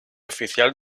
oficial